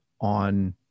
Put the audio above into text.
on